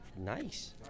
nice